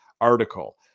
article